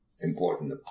important